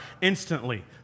instantly